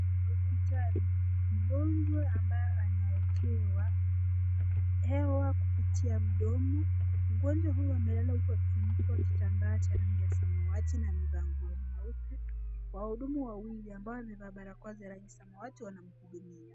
Hospitali, mgonjwa ambaye anawekewa hewa kupitia mdomo . Mgonjwa huyu amelala huku akifunikwa kitambaa cha rangi ya samawati na amevaa nguo nyeupe. Wahudumu wawili ambao wamevaa barakoa za rangi samawati wanamhudumia.